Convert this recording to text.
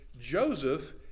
Joseph